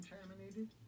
contaminated